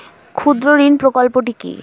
ক্ষুদ্রঋণ প্রকল্পটি কি?